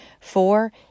Four